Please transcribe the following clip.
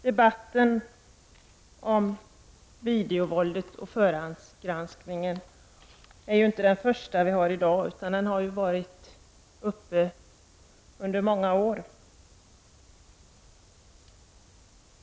Debatten här i dag om videovåldet och förhandsgranskningen är inte den första, utan den har förts under många år.